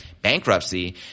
bankruptcy